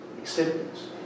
acceptance